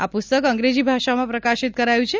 આ પુસ્તક અંત્રેજી ભાષામાં પ્રકાશીત કરાયું છે